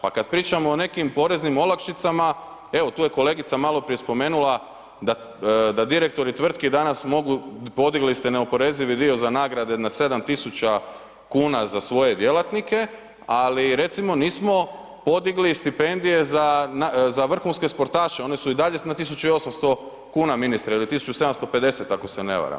Pa kada pričamo o nekim poreznim olakšicama, evo tu je kolegica maloprije spomenula da direktori tvrtki danas mogu, podigli ste neoporezivi dio za nagrade na 7.000 kuna na svoje djelatnike, ali recimo nismo podigli stipendije za vrhunske sportaše one su i dalje na 1.800 kuna ministre ili 1.750 ako se ne varam.